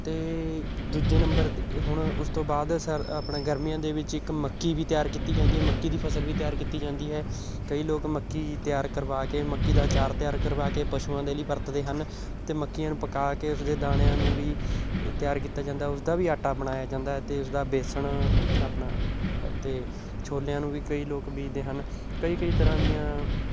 ਅਤੇ ਦੂਜੇ ਨੰਬਰ ਹੁਣ ਉਸ ਤੋਂ ਬਾਅਦ ਸਰ ਆਪਣਾ ਗਰਮੀਆਂ ਦੇ ਵਿੱਚ ਇੱਕ ਮੱਕੀ ਵੀ ਤਿਆਰ ਕੀਤੀ ਜਾਂਦੀ ਹੈ ਮੱਕੀ ਦੀ ਫਸਲ ਵੀ ਤਿਆਰ ਕੀਤੀ ਜਾਂਦੀ ਹੈ ਕਈ ਲੋਕ ਮੱਕੀ ਤਿਆਰ ਕਰਵਾ ਕੇ ਮੱਕੀ ਦਾ ਆਚਾਰ ਤਿਆਰ ਕਰਵਾ ਕੇ ਪਸ਼ੂਆਂ ਦੇ ਲਈ ਵਰਤਦੇ ਹਨ ਅਤੇ ਮੱਕੀਆਂ ਨੂੰ ਪਕਾ ਕੇ ਉਸਦੇ ਦਾਣਿਆਂ ਨੂੰ ਵੀ ਤਿਆਰ ਕੀਤਾ ਜਾਂਦਾ ਉਸ ਦਾ ਵੀ ਆਟਾ ਬਣਾਇਆ ਜਾਂਦਾ ਹੈ ਅਤੇ ਉਸਦਾ ਬੇਸਣ ਆਪਣਾ ਅਤੇ ਛੋਲਿਆਂ ਨੂੰ ਵੀ ਕਈ ਲੋਕ ਬੀਜਦੇ ਹਨ ਕਈ ਕਈ ਤਰ੍ਹਾਂ ਦੀਆਂ